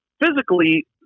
physically